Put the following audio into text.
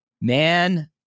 man